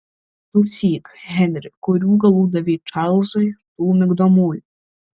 klausyk henri kurių galų davei čarlzui tų migdomųjų